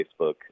Facebook